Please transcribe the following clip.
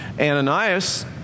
Ananias